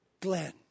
Glenn